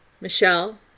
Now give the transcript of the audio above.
Michelle